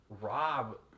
Rob